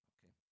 Okay